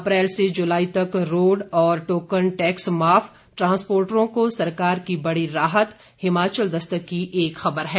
अप्रैल से जुलाई तक रोड और टोकन टैक्स माफ ट्रांसपोर्टरों को सरकार की बड़ी राहत हिमाचल दस्तक की एक खबर है